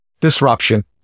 disruption